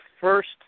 first